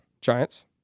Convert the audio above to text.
Giants